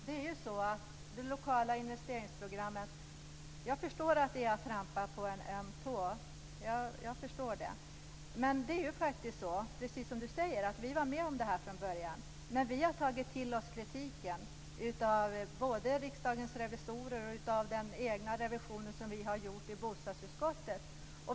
Herr talman! Jag förstår att jag har trampat på en öm tå när det gäller de lokala investeringsprogrammen. Det är så, precis som Sten Lundström säger, att vi var med om det här från början. Men vi har tagit till oss av både kritiken från Riksdagens revisorer och den egna revision som vi har gjort i bostadsutskottet.